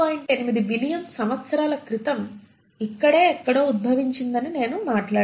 8 billion సంవత్సరాల క్రితం ఇక్కడే ఎక్కడో ఉద్భవించిందని నేను మాట్లాడాను